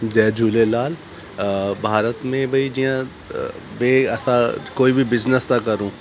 जय झूलेलाल भारत में भई जीअं बई असां कोई बि बिजिनिस था करूं